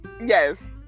Yes